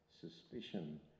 suspicion